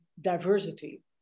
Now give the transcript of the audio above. diversity